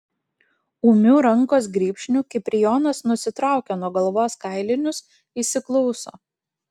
ūmiu rankos grybšniu kiprijonas nusitraukia nuo galvos kailinius įsiklauso